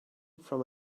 from